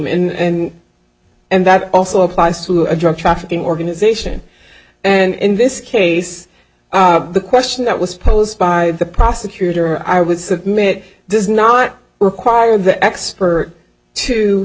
and and that also applies to a drug trafficking organization and in this case the question that was posed by the prosecutor i would submit does not require the expert to